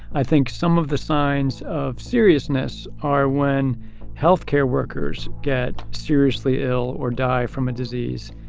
i think some of the signs of seriousness are when health care workers get seriously ill or die from a disease.